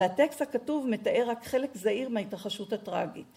‫הטקסט הכתוב מתאר רק חלק ‫זעיר מההתרחשות הטראגית.